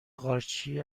قارچی